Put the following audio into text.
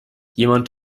jemand